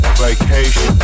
vacation